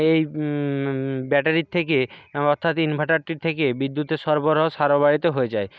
এই ব্যাটারির থেকে অর্থাৎ ইনভাটারটির থেকে বিদ্যুতের সরবরাহ সারা বাড়িতে হয়ে যায়